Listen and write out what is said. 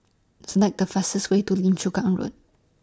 Select The fastest Way to Lim Chu Kang Road